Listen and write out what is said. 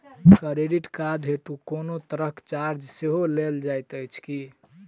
Credit card हेतु कोनो तरहक चार्ज सेहो लेल जाइत अछि की?